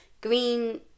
green